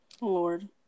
Lord